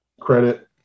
credit